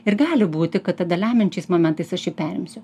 ir gali būti kad tada lemiančiais momentais aš jį perimsiu